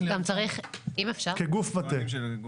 כגוף מטה.